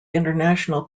international